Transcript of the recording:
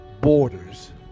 borders